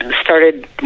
Started